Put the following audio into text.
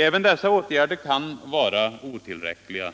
Även dessa åtgärder kan vara otillräckliga.